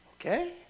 Okay